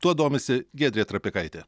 tuo domisi giedrė trapikaitė